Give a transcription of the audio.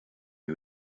who